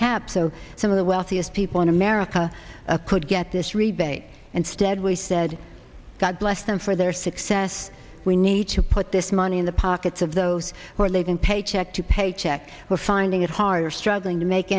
cap so some of the wealthiest people in america could get this rebate and stead we said god bless them for their success we need to put this money in the pockets of those who are living paycheck to paycheck who are finding it harder struggling to make